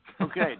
Okay